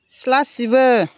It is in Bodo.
सिथ्ला सिबो